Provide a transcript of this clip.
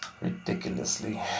Ridiculously